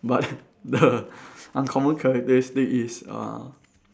but the uncommon characteristic is uh